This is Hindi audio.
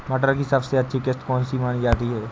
मटर की सबसे अच्छी किश्त कौन सी मानी जाती है?